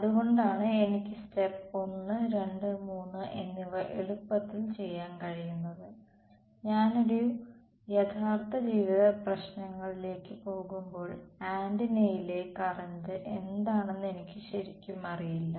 അതുകൊണ്ടാണ് എനിക്ക് സ്റ്റെപ്പ് 1 2 3 എന്നിവ എളുപ്പത്തിൽ ചെയ്യാൻ കഴിയുന്നത് ഞാൻ ഒരു യഥാർത്ഥ ജീവിത പ്രശ്നങ്ങളിലേക്ക് പോകുമ്പോൾ ആന്റിനയിലെ കറന്റ് എന്താണെന്ന് എനിക്ക് ശരിക്കും അറിയില്ല